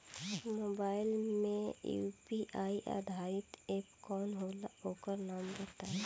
Mobile म UPI आधारित app कौन होला ओकर नाम बताईं?